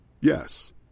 Yes